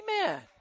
amen